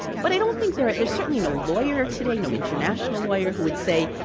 but i don't think, there's there's certainly no lawyer today no international lawyer who would say,